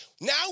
Now